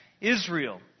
Israel